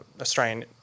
Australian